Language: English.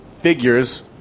figures